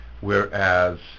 Whereas